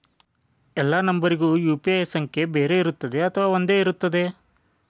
ಎಲ್ಲಾ ನಂಬರಿಗೂ ಯು.ಪಿ.ಐ ಸಂಖ್ಯೆ ಬೇರೆ ಇರುತ್ತದೆ ಅಥವಾ ಒಂದೇ ಇರುತ್ತದೆ?